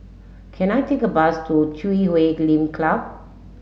can I take a bus to Chui Huay Lim Club